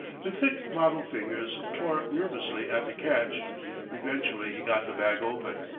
the thick mottled fingers tore nervously at the catch eventually he got the bag open.